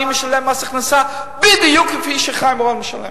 אני משלם מס הכנסה בדיוק כפי שחיים אורון משלם,